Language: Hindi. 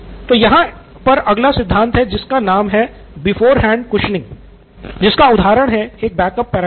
तो यहाँ पर अगला सिद्धांत है जिसका नाम है बिफोरहैंड कुशनिंग जिसका उदाहरण है एक बैकअप पैराशूट